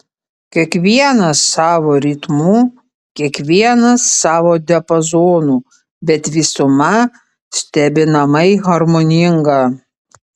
kiekvienas savu ritmu kiekvienas savo diapazonu bet visuma stebinamai harmoninga